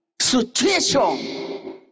situation